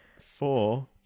four